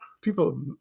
People